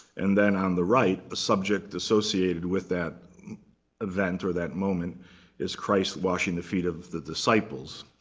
and then on the right, a subject associated with that event or that moment is christ washing the feet of the disciples.